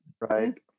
Right